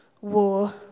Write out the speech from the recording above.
war